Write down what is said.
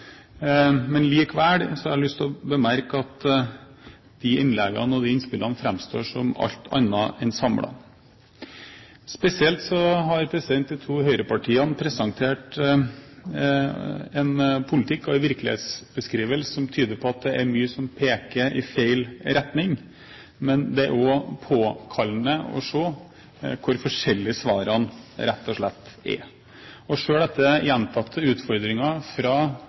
Men jeg har også lyst til å gi opposisjonen skryt for at man tidvis i hvert fall har kommet med relevante innlegg. Likevel har jeg lyst til å bemerke at innleggene og innspillene framstår som alt annet enn samlet. Spesielt har de to høyrepartiene presentert en politikk og en virkelighetsbeskrivelse som tyder på at det er mye som peker i feil retning. Men det er også påfallende å se hvor forskjellig svarene rett og slett er.